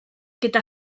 gyda